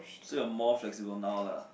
so you're more flexible now lah